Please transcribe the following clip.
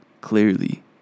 clearly